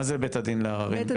מזה בית הדין לערערים?